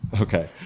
okay